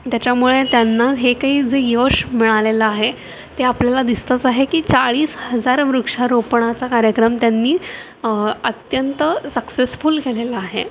त्याच्यामुळे त्यांना हे काही जे यश मिळालेलं आहे ते आपल्याला दिसतंच आहे की चाळीस हजार वृक्षारोपणाचा कार्यक्रम त्यांनी अत्यंत सक्सेसफुल केलेला आहे